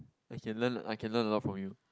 I can learn I can learn a lot from you